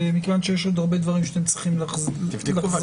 אבל מכיוון שיש עוד דברים שאתם צריכים לחזור עליהם.